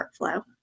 workflow